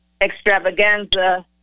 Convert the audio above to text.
extravaganza